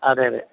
അതെ അതെ